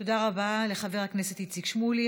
תודה רבה לחבר הכנסת איציק שמולי.